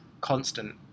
constant